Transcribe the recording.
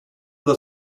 the